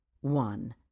one